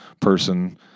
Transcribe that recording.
person